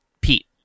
Pete